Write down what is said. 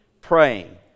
praying